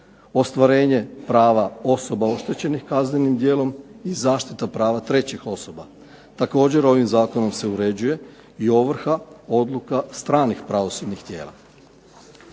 ostvarenje prava osoba oštećenih kaznenim djelom i zaštita prava trećih osoba. Također ovim Zakonom se uređuje i ovrha, odluka stranih pravosudnih tijela.